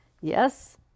Yes